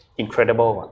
incredible